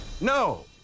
No